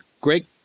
great